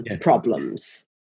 Problems